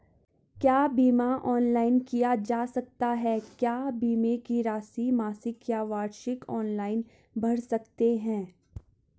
क्या बीमा ऑनलाइन किया जा सकता है क्या बीमे की राशि मासिक या वार्षिक ऑनलाइन भर सकते हैं?